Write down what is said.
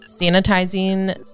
sanitizing